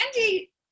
Andy